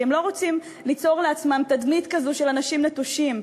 כי הם לא רוצים ליצור לעצמם תדמית כזו של אנשים נטושים.